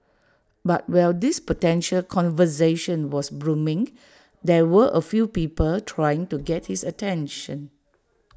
but while this potential conversation was blooming there were A few people trying to get his attention